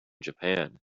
japan